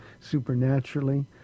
supernaturally